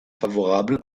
favorable